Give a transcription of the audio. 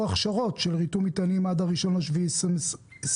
הכשרות של ריתום מטענים עד 1 ביולי 2022,